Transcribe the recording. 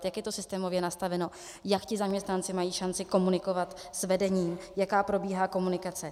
Jak je to systémově nastaveno, jak ti zaměstnanci mají šanci komunikovat s vedením, jaká probíhá komunikace.